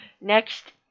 Next